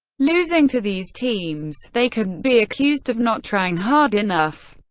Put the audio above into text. losing to these teams, they couldn't be accused of not trying hard enough.